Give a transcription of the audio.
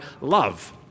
love